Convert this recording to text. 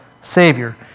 Savior